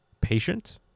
patient